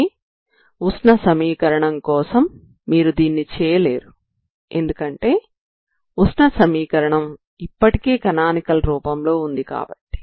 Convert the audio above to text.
కానీ ఉష్ణ సమీకరణం కోసం మీరు దీన్ని చేయలేరు ఎందుకంటే ఉష్ణ సమీకరణం ఇప్పటికే కానానికల్ రూపంలో ఉంది కాబట్టి